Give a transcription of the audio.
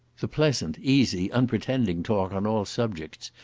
the pleasant, easy, unpretending talk on all subjects,